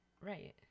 Right